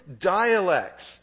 dialects